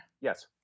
Yes